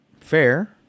Fair